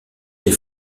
des